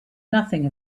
nothing